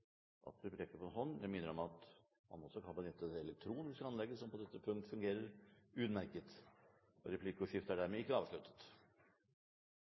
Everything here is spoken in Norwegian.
minner om at man også kan benytte det elektroniske anlegget, som på dette punkt fungerer utmerket. Representanten Astrup får ordet til replikk. Jeg er